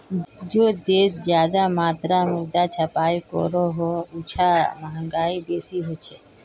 जे देश ज्यादा मात्रात मुद्रा छपाई करोह उछां महगाई बेसी होछे